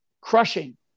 crushing